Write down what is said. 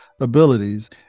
abilities